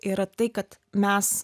yra tai kad mes